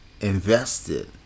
invested